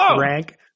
rank